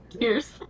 Cheers